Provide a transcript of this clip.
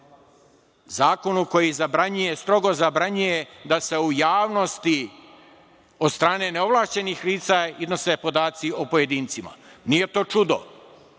zakonu koji strogo zabranjuje da se u javnosti od strane neovlašćenih lica iznose podaci o pojedincima. Nije to čudo.